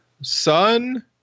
son